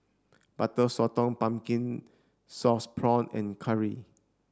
butter Sotong pumpkin sauce prawn and curry